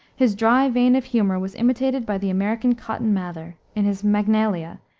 his dry vein of humor was imitated by the american cotton mather, in his magnalia,